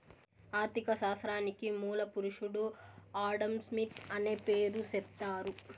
ఆర్ధిక శాస్త్రానికి మూల పురుషుడు ఆడంస్మిత్ అనే పేరు సెప్తారు